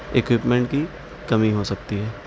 equipment کی کمی ہو سکتی ہے